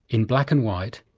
in black and white,